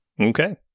okay